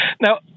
Now